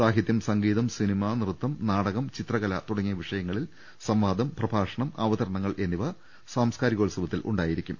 സാഹിത്യം സംഗീ തം സിനിമ നൃത്തം നാടകം ചിത്രകല തുടങ്ങിയ വിഷയങ്ങളിൽ സംവാ ദം പ്രഭാഷണം അവതരണങ്ങൾ എന്നിവ സാംസ്കാരികോത്സവത്തിൽ ഉണ്ടായിരിക്കും